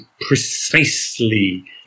precisely